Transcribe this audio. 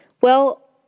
Well